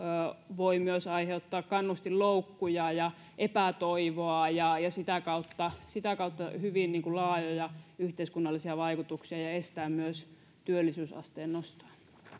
voivat myös aiheuttaa kannustinloukkuja ja epätoivoa ja ja sitä kautta sitä kautta hyvin laajoja yhteiskunnallisia vaikutuksia ja estää myös työllisyysasteen nostoa